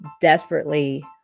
desperately